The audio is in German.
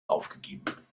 aufgegeben